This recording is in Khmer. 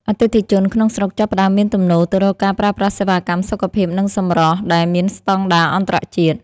អតិថិជនក្នុងស្រុកចាប់ផ្តើមមានទំនោរទៅរកការប្រើប្រាស់សេវាកម្មសុខភាព និងសម្រស់ដែលមានស្តង់ដារអន្តរជាតិ។